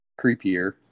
creepier